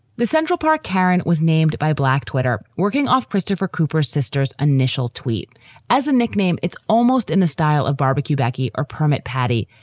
the central park. karen was named by black twitter, working off christopher cooper sisters' initial tweet as a nickname. it's almost in the style of barbecue baccy or permit, patty.